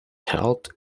taught